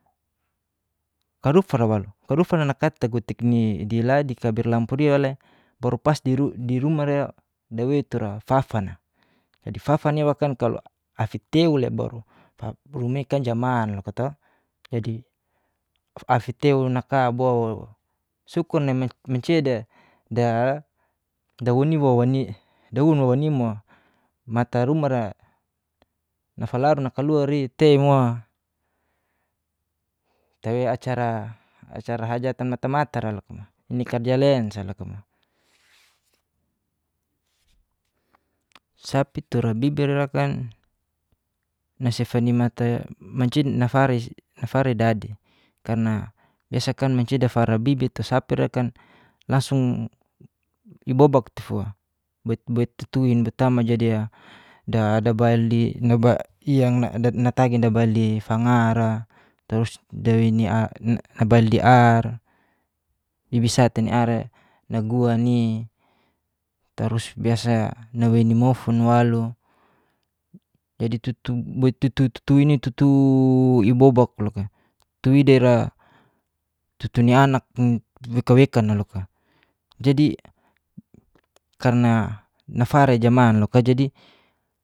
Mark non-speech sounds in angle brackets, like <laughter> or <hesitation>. Karu fala waru karu fala nakat'a gutikni di la di kabela lampu riwale baru pas <hesitation> di rumara'ia dawetura fafana, jadi fafana iwakan kalo afi tewula baru. buruma'ia jaman loka to. Jadi, afi tewunaka bo sukur nai mancia <hesitation> da dawun womai wani mo mata rumara nafalaru nakalauari tei mo. tawe acara hajatan mata-matara loka ni karja len saloka mo. Sapitura bibira kan nasifani mata mancia'i <hesitation> nafari dadi. Karna, biasakan mancia dafara bibi tusapira kan langsung ibobak. tefua. boit-boit tutuin boitama jadi'a <unintelligible> natagi nabali fanga'ra terus <unintelligible> bibisa tei niara naguani tarus biasa naweni mofun walu. Jadi <hesitation> tutu ibobak loka tuidira tutuni anak weka-wekana loka <hesitation> jadi nafari jaman loka.